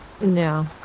No